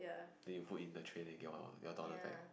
then you put in the tray then you get one your dollar back